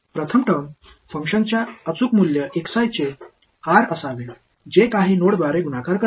प्रथम टर्म फंक्शनच्या अचूक मूल्य चे आर असावे जे काही नोडद्वारे गुणाकार करते